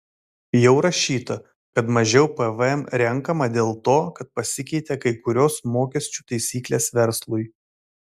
jau rašyta kad mažiau pvm renkama dėl to kad pasikeitė kai kurios mokesčių taisyklės verslui